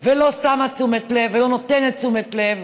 ולא שמה לב ולא נותנת תשומת לב.